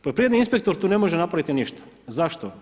Poljoprivredni inspektor tu ne može napravi ništa, zašto?